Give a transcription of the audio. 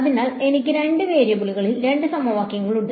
അതിനാൽ എനിക്ക് 2 വേരിയബിളുകളിൽ രണ്ട് സമവാക്യങ്ങളുണ്ട്